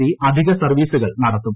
C അധിക സർവീസുകൾ നടത്തും